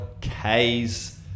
k's